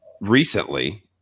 recently